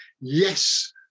yes